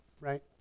right